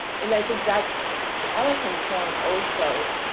and i think that's our concern also.